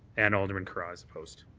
and alderman carra is opposed.